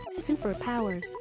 Superpowers